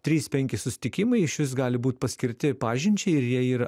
trys penki susitikimai išvis gali būt paskirti pažinčiai ir jie yra